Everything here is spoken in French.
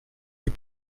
les